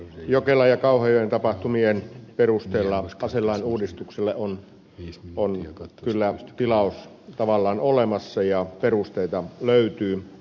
jokelan ja kauhajoen tapahtumien perusteella aselain uudistukselle on kyllä tilaus tavallaan olemassa ja perusteita löytyy